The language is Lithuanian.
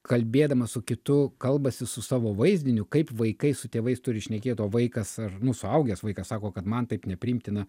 kalbėdamas su kitu kalbasi su savo vaizdiniu kaip vaikai su tėvais turi šnekėt vaikas ar nu suaugęs vaikas sako kad man taip nepriimtina